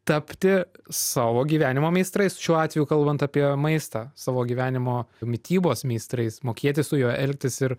tapti savo gyvenimo meistrais šiuo atveju kalbant apie maistą savo gyvenimo mitybos meistrais mokėti su juo elgtis ir